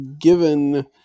given